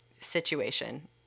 situation